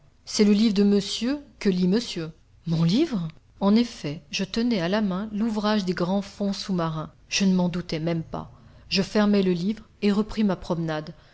c'est le livre de monsieur que lit monsieur mon livre en effet je tenais à la main l'ouvrage des grands fonds sous-marins je ne m'en doutais même pas je fermai le livre et repris ma promenade